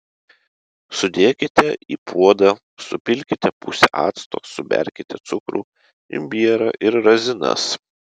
sudėkite į puodą supilkite pusę acto suberkite cukrų imbierą ir razinas